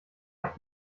habt